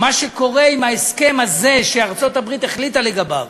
מה שקורה עם ההסכם הזה שארצות-הברית החליטה לגביו,